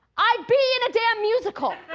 i'd be in a damn musical!